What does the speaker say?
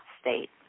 state